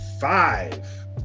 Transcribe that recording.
five